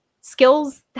skills